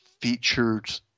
featured